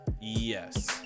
yes